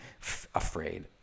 afraid